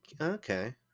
okay